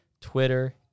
Twitter